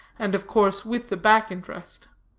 and of course with the back interest.